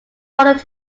followed